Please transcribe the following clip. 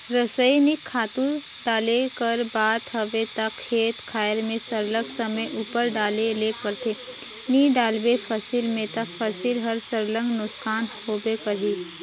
रसइनिक खातू डाले कर बात हवे ता खेत खाएर में सरलग समे उपर डाले ले परथे नी डालबे फसिल में ता फसिल हर सरलग नोसकान होबे करही